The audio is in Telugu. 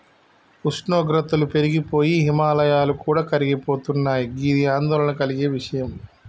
ఉష్ణోగ్రతలు పెరిగి పోయి హిమాయాలు కూడా కరిగిపోతున్నయి గిది ఆందోళన కలిగే విషయం